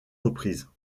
reprises